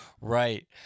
Right